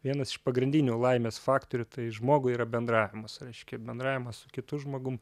vienas iš pagrindinių laimės faktorių tai žmogui yra bendravimas reiškia bendravimas su kitu žmogum